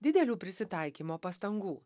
didelių prisitaikymo pastangų